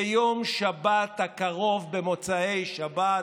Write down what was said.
ביום שבת הקרוב, במוצאי שבת,